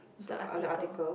the article